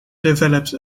developed